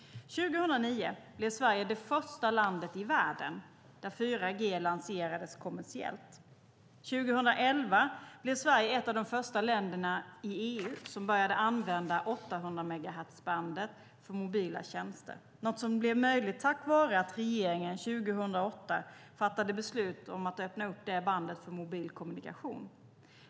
År 2009 blev Sverige det första landet i världen där 4G lanserades kommersiellt. År 2011 blev Sverige ett av de första länderna i EU som började använda 800-megahertzbandet för mobila tjänster, något som blev möjligt tack vare att regeringen 2008 fattade beslut om att öppna upp det bandet för mobil kommunikation.